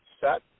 set